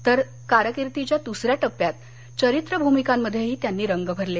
तर कारकीर्दीच्या दुसऱ्या टप्प्यात चरित्र भूमिकांमध्येही त्यांनी रंग भरले